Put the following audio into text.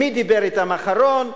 מי דיבר אתם אחרון,